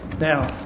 Now